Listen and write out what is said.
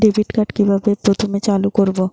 Debit card কিভাবে প্রথমে চালু করব?